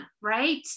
right